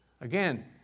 Again